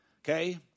okay